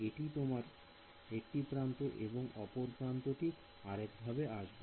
এটি তোমার একটি প্রান্ত এবং অপর প্রান্তটি আরেক ভাবে আসবে